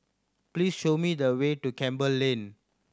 please show me the way to Campbell Lane